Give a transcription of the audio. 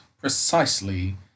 precisely